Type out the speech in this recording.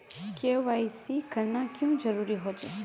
KYC करना क्याँ जरुरी होचे?